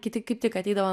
kiti kaip tik ateidavo